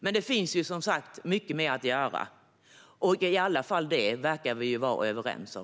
Men det finns, som sagt, mycket mer att göra, och i alla fall detta verkar vi vara överens om.